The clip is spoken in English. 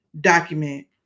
document